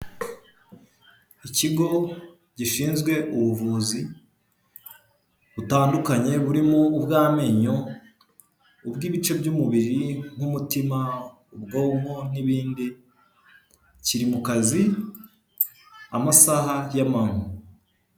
Ikigo gishinzwe ubuvuzi butandukanye burimo ubw'amenyo, ubw'ibice by'umubiri nk'umutima, ubwonko n'ibindi, kiri mu kazi amasaha y'amanywa.